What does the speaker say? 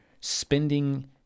spending